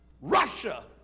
Russia